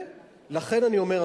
לכן אני אומר,